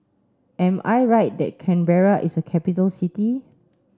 am I right that Canberra is a capital city